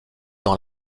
dans